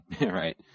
Right